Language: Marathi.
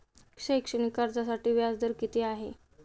शैक्षणिक कर्जासाठी व्याज दर किती आहे?